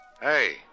Hey